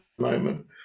moment